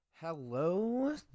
hello